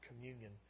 communion